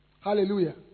Hallelujah